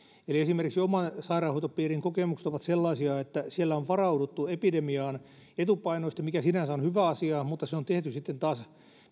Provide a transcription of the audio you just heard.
esimerkiksi oman sairaanhoitopiirini kokemukset ovat sellaisia että siellä on varauduttu epidemiaan etupainoisesti mikä sinänsä on hyvä asia mutta se on tehty sitten taas